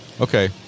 Okay